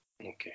Okay